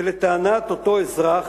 שלטענת אותו אזרח,